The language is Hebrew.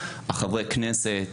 חברי כנסת,